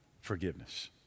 forgiveness